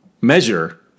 measure